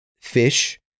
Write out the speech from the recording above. fish